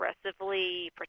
aggressively